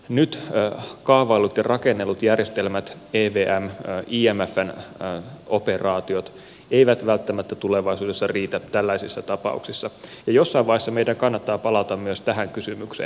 nyt kaavaillut ja rakennellut järjestelmät evm imfn operaatiot eivät välttämättä tulevaisuudessa riitä tällaisissa tapauksissa ja jossain vaiheessa meidän kannattaa palata myös tähän kysymykseen